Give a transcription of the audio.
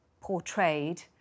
portrayed